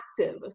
active